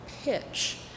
pitch